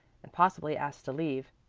and possibly asked to leave,